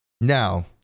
Now